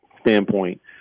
standpoint